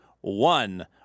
one